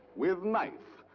with knife,